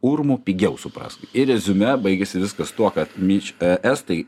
urmu pigiau suprask ir reziumė baigiasi viskas tuo kad myli estai